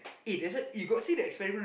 eh that's one you got see the experiment